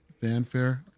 fanfare